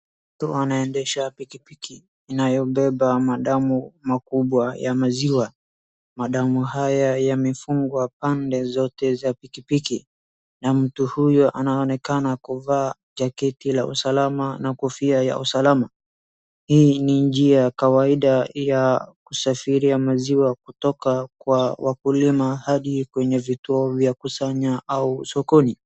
Mtu anaendesha pikipiki inayobeba madamu makubwa ya maziwa. Madamu haya yamefungwa pande zote za pikipiki. Na mtu huyo anaonekana kuvaa jaketi la usalama na kofia ya usalama. Hii ni njia ya kawaida ya kusafiri ya maziwa kutoka kwa wakulima hadi kwenye vituo vya kusanya au sokoni.